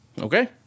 Okay